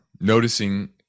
noticing